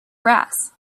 brass